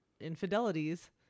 infidelities